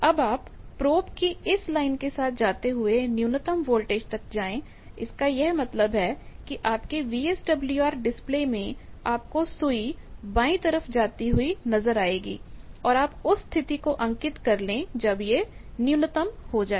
अब आप प्रोब को इस लाइन के साथ ले जाते हुए न्यूनतम वोल्टेज तक जाए इसका यह मतलब है कि आपके वीएसडब्ल्यूआर डिस्प्ले में आपको सुई बाई तरफ जाती हुई नजर आएगी और आप उस स्थिति को अंकित कर ले जब यह न्यूनतम हो जाए